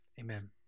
Amen